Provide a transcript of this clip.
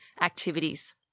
activities